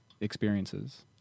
experiences